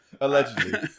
Allegedly